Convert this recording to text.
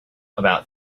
about